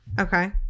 okay